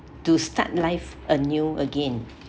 to start life anew again